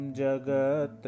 jagat